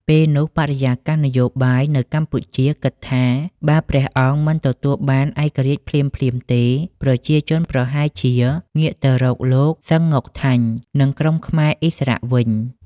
ពេលនោះ បរិយាកាសនយោបាយនៅកម្ពុជាគិតថា បើព្រះអង្គមិនទទួលបានឯករាជ្យភ្លាមៗទេ ប្រជាជនប្រហែលជាងាកទៅរកលោក សឺង ង៉ុកថាញ់ និងក្រុមខ្មែរឥស្សរៈវិញ។